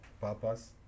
purpose